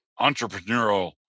entrepreneurial